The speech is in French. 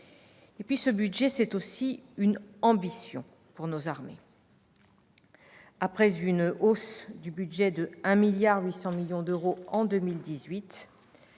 remplir. Ce budget, c'est aussi une ambition pour nos armées. Après une augmentation du budget de 1,8 milliard d'euros en 2018,